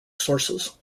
sources